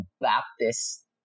Baptist